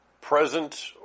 present